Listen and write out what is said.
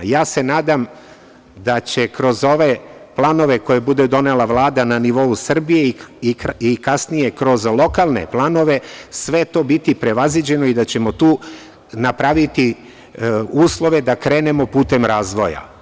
Nadam se da će kroz ove planove koje bude donela Vlada na nivou Srbije i kasnije kroz lokalne planove sve to biti prevaziđeno i da ćemo tu napraviti uslove da krenemo putem razvoja.